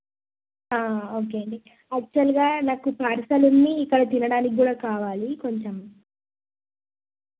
okay అండి యాక్చువల్గా నాకు పార్సెలు ఇక్కడ తినడానికి కూడా కావాలి కొంచం